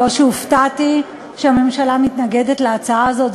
לא שהופתעתי שהממשלה מתנגדת להצעה הזאת.